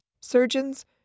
surgeons